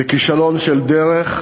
זה כישלון של דרך,